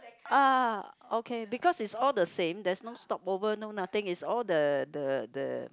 uh okay because is all the same that's no stopovers no nothing is all the the the